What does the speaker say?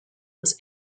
was